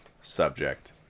subject